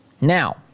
Now